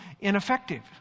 ineffective